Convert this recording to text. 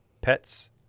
pets